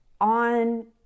on